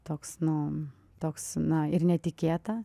toks nu toks na ir netikėta